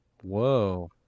Whoa